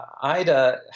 Ida